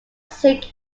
seek